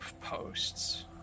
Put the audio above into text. posts